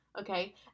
Okay